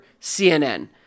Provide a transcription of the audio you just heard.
CNN